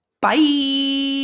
Bye